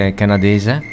canadese